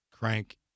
crank